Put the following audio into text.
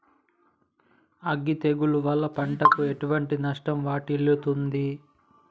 అగ్గి తెగులు వల్ల పంటకు ఎటువంటి నష్టం వాటిల్లుతది?